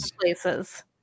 places